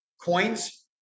coins